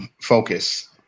focus